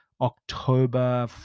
October